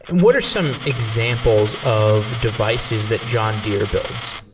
and what are some examples of devices that john deere builds?